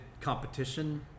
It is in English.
Competition